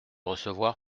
recevoir